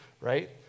right